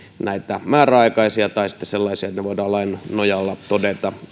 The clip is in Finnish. näitä määräaikaisia tai sitten sellaisia että voidaan lain nojalla todeta